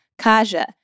Kaja